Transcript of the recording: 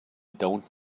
don’t